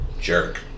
jerk